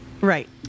Right